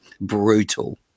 Brutal